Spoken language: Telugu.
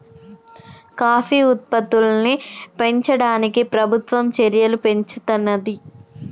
కాఫీ ఉత్పత్తుల్ని పెంచడానికి ప్రభుత్వం చెర్యలు పెంచుతానంది